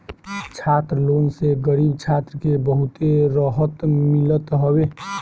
छात्र लोन से गरीब छात्र के बहुते रहत मिलत हवे